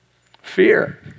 Fear